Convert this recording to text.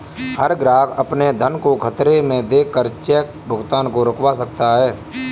हर ग्राहक अपने धन को खतरे में देख कर चेक भुगतान को रुकवा सकता है